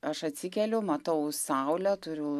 aš atsikeliu matau saulę turiu